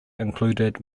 included